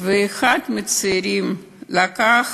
ואחד מהצעירים לקח